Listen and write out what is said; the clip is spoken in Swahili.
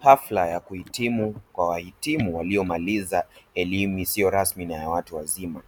Hafla ya kuhitimu kwa wahitimu waliomaliza elimu isiyo rasmi na ya watu wazima,